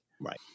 Right